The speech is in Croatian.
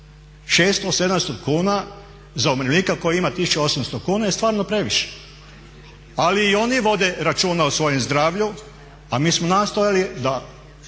700 kuna za umirovljenika koji ima 1.800 kuna je stvarno previše, ali i oni vode računa o svojem zdravlju, a mi smo nastojali da